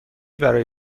برای